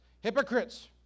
Hypocrites